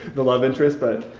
the love interest, but.